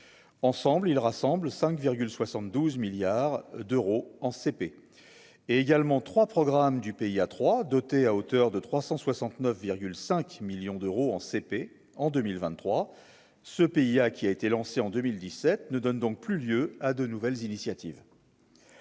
ensemble il rassemble 5 72 milliards d'euros en CP et également 3 programmes du pays, à trois, doté à hauteur de 369 5 millions d'euros en CP en 2023, ce pays a qui a été lancée en 2017 ne donne donc plus lieu à de nouvelles initiatives.